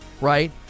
right